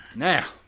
now